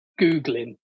Googling